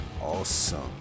awesome